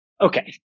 okay